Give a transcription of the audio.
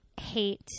hate